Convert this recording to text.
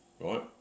right